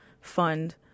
fund